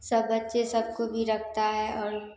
सब बच्चे सब को भी रखता है और